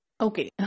Okay